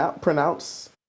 pronounce